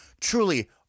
truly